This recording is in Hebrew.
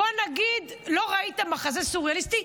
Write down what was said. בוא נגיד, לא ראית מחזה סוריאליסטי,